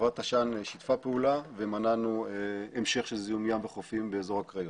חברת תש"ן שיתפה פעולה ומנענו המשך של זיהום ים וחופים באזור הקריות.